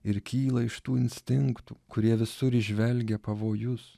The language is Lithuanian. ir kyla iš tų instinktų kurie visur įžvelgia pavojus